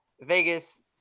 Vegas